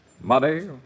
Money